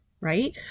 right